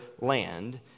land